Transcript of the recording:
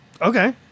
okay